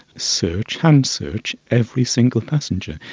so hand-search hand-search every single passenger.